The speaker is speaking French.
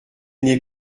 n’est